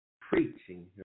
preaching